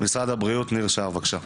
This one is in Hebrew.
משרד הבריאות, ניר שער, בבקשה.